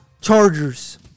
Chargers